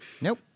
Nope